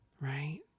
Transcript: Right